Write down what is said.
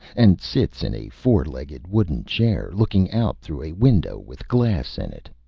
and sits in a four-legged wooden chair, looking out through a window with glass in it.